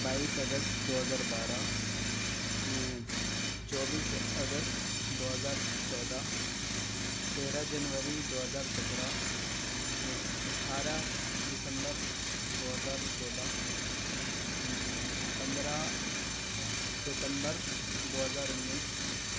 بائیس اگست دو ہزار بارہ چوبیس اگست دو ہزار چودہ تیرہ جنوری دو ہزار سترہ اٹھارہ دسمبر دو ہزار سولہ پندرہ ستمبر دو ہزار انیس